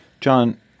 John